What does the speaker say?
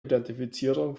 identifizierung